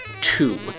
two